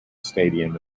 stadium